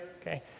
okay